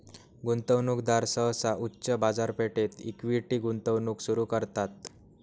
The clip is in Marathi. गुंतवणूकदार सहसा उच्च बाजारपेठेत इक्विटी गुंतवणूक सुरू करतात